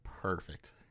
perfect